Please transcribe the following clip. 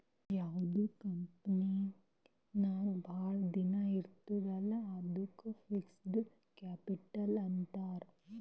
ಯಾವ್ದು ಕಂಪನಿ ನಾಗ್ ಭಾಳ ದಿನ ಇರ್ತುದ್ ಅಲ್ಲಾ ಅದ್ದುಕ್ ಫಿಕ್ಸಡ್ ಕ್ಯಾಪಿಟಲ್ ಅಂತಾರ್